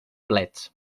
plets